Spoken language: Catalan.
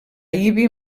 ibi